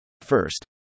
First